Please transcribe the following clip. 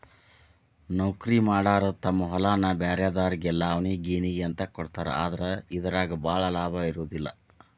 ನೌಕರಿಮಾಡಾರ ತಮ್ಮ ಹೊಲಾನ ಬ್ರ್ಯಾರೆದಾರಿಗೆ ಲಾವಣಿ ಗೇಣಿಗೆ ಅಂತ ಕೊಡ್ತಾರ ಆದ್ರ ಇದರಾಗ ಭಾಳ ಲಾಭಾ ಇರುದಿಲ್ಲಾ